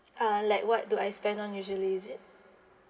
uh like what do I spend on usually is it